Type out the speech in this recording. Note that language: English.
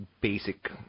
basic